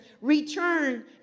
return